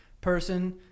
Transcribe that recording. person